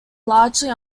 largely